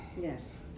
Yes